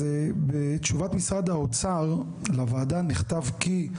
בתשובת משרד האוצר לוועדה נכתב כי,